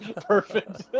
perfect